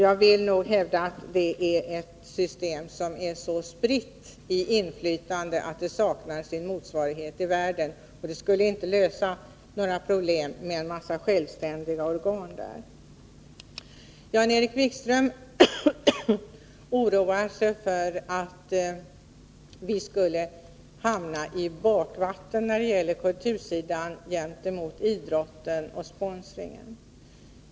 Jag vill hävda att detta är ett system som är så spritt när det gäller inflytande att det saknar motsvarighet i världen. Det skulle inte lösa några problem med en mängd självständiga organ. Jan-Erik Wikström oroar sig för att vi skulle hamna i bakvattnet när det gäller kultursidan gentemot idrotten och dess sponsorer.